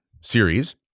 series